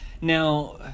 Now